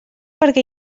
perquè